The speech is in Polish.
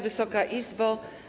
Wysoka Izbo!